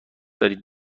دارید